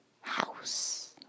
house